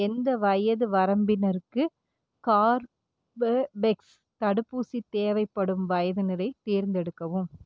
எந்த வயது வரம்பினருக்கு கார்பவெக்ஸ் தடுப்பூசி தேவைப்படும் வயதினரைத் தேர்ந்தெடுக்கவும்